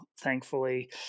thankfully